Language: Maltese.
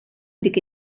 dik